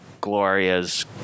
Gloria's